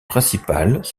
principales